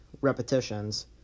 repetitions